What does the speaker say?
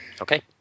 Okay